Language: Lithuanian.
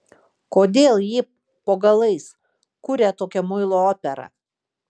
kodėl ji po galais kuria tokią muilo operą